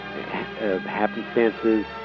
happenstances